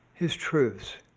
his truths.